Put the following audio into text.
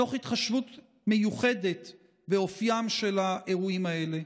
תוך התחשבות מיוחדת באופיים של האירועים האלה.